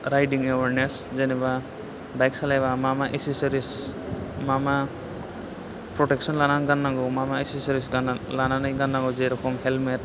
riding awareness जेन'बा bike सालायबा मा मा एसेससारिस मा मा प्रतेकसन लानानै गाननांगौ मा मा एसेससारिस गानना लानानै गाननांगौ जेरेखम हेलमेट